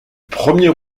premier